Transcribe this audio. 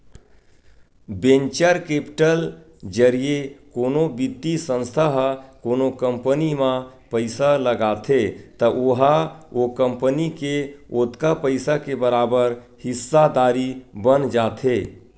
venture capital जरिए कोनो बित्तीय संस्था ह कोनो कंपनी म पइसा लगाथे त ओहा ओ कंपनी के ओतका पइसा के बरोबर हिस्सादारी बन जाथे